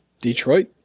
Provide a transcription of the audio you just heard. Detroit